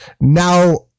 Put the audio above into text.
now